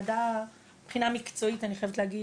ועדה מבחינה מקצועית אני חייבת להגיד